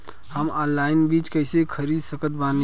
हम ऑनलाइन बीज कइसे खरीद सकत बानी?